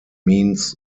means